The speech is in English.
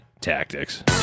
Tactics